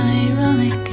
ironic